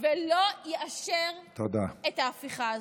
ולא יאשר את ההפיכה הזאת.